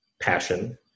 passion